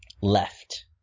left